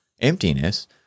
emptiness